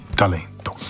talento